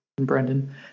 Brendan